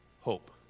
hope